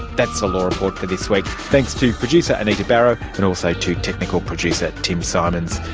that's the law report for this week. thanks to producer anita barraud and also to technical producer tim symonds.